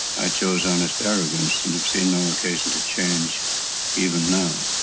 i chose honest arrogance and have seen no occasion to change even now.